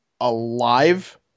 alive